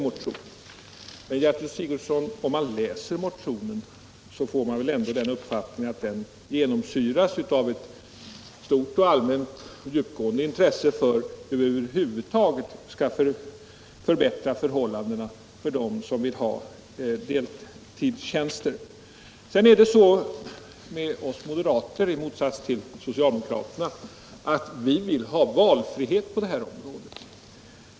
Men om man läser motionen får man väl ändå den uppfattningen att den genomsyras av ett stort och djupgående intresse för hur vi över huvud taget skall förbättra förhållandena för dem som vill ha deltidstjänster. Sedan är det så med oss moderater, i motsats till socialdemokraterna, att vi vill ha valfrihet på detta område.